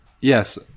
Yes